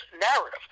narrative